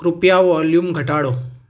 કૃપયા વોલ્યૂમ ઘટાડો